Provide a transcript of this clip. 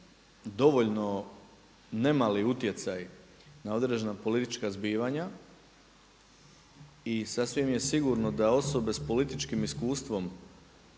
dovoljno ne mali utjecaj na određena politička zbivanja i sasvim je sigurno da osobe sa političkim iskustvom